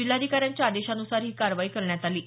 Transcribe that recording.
जिल्हाधिकाऱ्यांच्या आदेशानुसार ही कारवाई करण्यात आली